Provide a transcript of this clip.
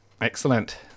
Excellent